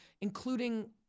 including